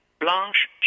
Blanche